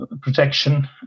protection